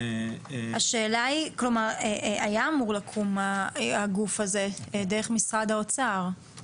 היה אמור לקום הגוף הזה דרך משרד האוצר.